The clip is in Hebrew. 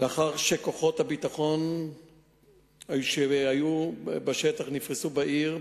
לאחר שכוחות הביטחון שהיו בשטח נפרסו בעיר,